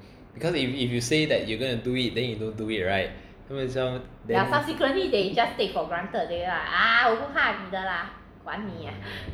because if if you say that you gonna do it then you don't do it right 他们会知道 then